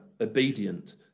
obedient